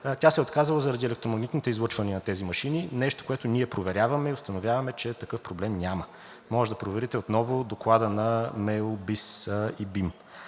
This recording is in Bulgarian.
тя се е отказала заради електромагнитните излъчвания на тези машини, нещо, което ние проверяваме и установяваме, че такъв проблем няма. Може да проверите отново Доклада на МЕУ, БИС и БИМ.